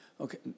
Okay